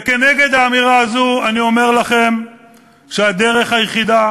וכנגד האמירה הזאת אני אומר לכם שהדרך היחידה